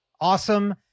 awesome